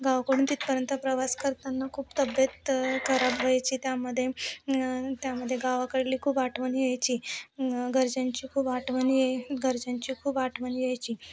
गावाकडून तिथपर्यंत प्रवास करताना खूप तब्येत खराब व्हायची त्यामध्ये न्य त्यामध्ये गावाकडली खूप आठवण यायची घरच्यांची खूप आठवण यायची घरच्यांची खूप आठवण यायची